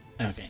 Okay